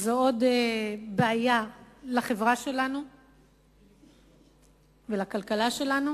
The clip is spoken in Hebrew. וזו עוד בעיה לחברה שלנו ולכלכלה שלנו,